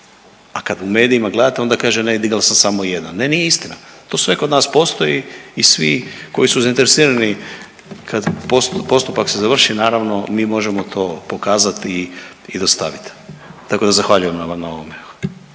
A kad u medijima gledate, onda kaže ne, digla sam samo jedan. Ne, nije istina, to sve kod nas postoji i svi koji su zainteresirani kad postupak se završi, naravno, mi možemo to pokazati i dostaviti. Tako da zahvaljujem vam na ovome.